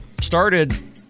started